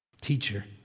teacher